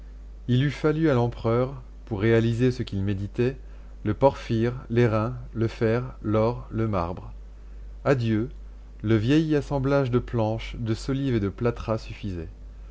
il eût fallu à l'empereur pour réaliser ce qu'il méditait le porphyre l'airain le fer l'or le marbre à dieu le vieil assemblage de planches de solives et de plâtras suffisait